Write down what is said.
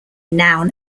noun